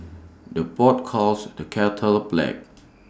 the pot calls the kettle black